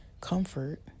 Comfort